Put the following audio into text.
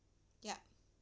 ya